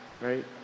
Right